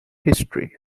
history